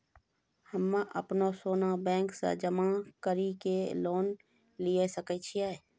हम्मय अपनो सोना बैंक मे जमा कड़ी के लोन लिये सकय छियै?